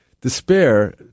Despair